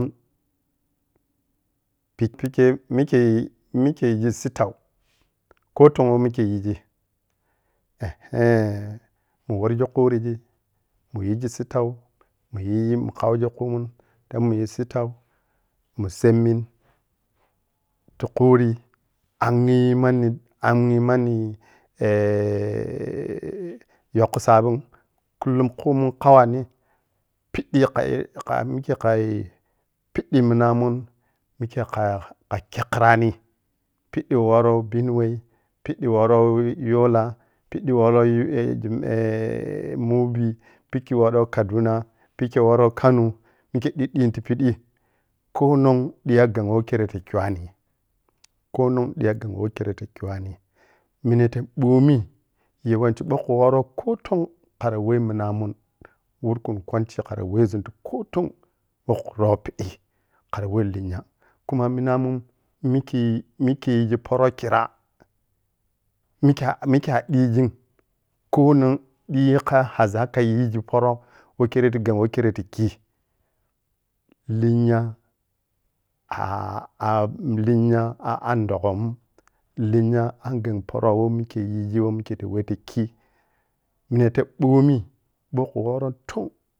Pik-pikhe mikhe. mikhe yizi sitau kotongho mikhe yizi ehh eh. muwarji khurigi muyizi sittau mun seminti khuri anghi manni, anghi manni ehh-yakho sabi kullum khumun kawani piɓɓe khayikhayi mikche khai piɓɓi mina mun mikhe kha khekkirani piɓɓi waro benuwai, piɓɓi waroi yola, piɓɓi waro benuwai, piɓɓi waroi yola, piɓɓi waro eh-jim-eh. mubi piddi waroi kaduna pikhe waroi, kano mikhe ɓiɓɓiyinti piɓi konon ɓiyo ghegho me khera ta kyuwani, kono ɓiya ghegho mekhero ta kyuwani minete gbomi yawanci ɓoh kwu woron koton khara we mina mun wurkun kwanchi khara wezun ti kohtong ɓoh khuro piɓɓi khara weh linya kuma minamun mikhe mukhe yiyi poro khirah mukhe a mikhe a ɓigin konon dighi ka hazakayi yigi poro weh khero ta gen weh khero takhi. linya ah ah-linya a an doghom, lenya an yeng poro woh mikhe yigi weh mikhe ta weh tikhi ne ta ɓomi woronton